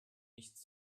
nichts